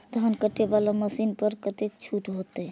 धान कटे वाला मशीन पर कतेक छूट होते?